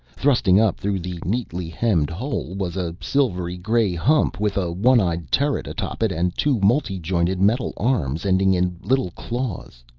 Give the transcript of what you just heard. thrusting up through the neatly hemmed hole was a silvery gray hump with a one-eyed turret atop it and two multi-jointed metal arms ending in little claws.